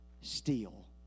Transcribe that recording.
steal